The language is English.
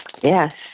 yes